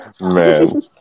Man